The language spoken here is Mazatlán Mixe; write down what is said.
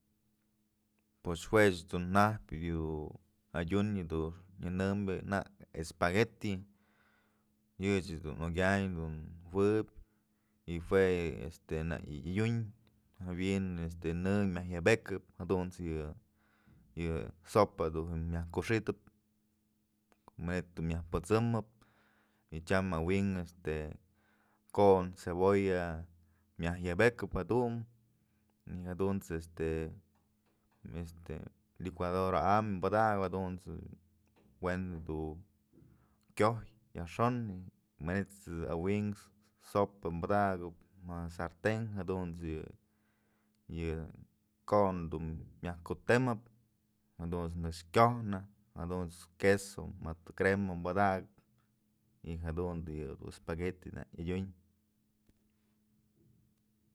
Pues juech dun jajpyë yë adyun yë nyënëmyë nak espagueti yëch dun okyanyë juëbyë y jue nak yë adyun jawi'in este në myaj yëbëkëp jadunt's yë, yë sopa dun myaj kuxidëp manytë dun myaj pësëmëp y tyam awi'inkë este kon, cebolla, myaj yabëkëp jedun y jadunt's este este licuadora am padakëp jadunt's we'en du kyojyë jayxon manyt's awi'inkë sopa padakëp ma sarten jadunt's yë yë kon dun myaj kutemëp jadunt's nëkx kyojnë jadunt's queso mëd crema padakëp jadunt's nak espagueti yadyun.